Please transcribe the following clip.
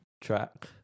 track